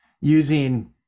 using